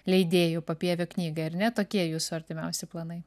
leidėjų papievio knygai ar ne tokie jūsų artimiausi planai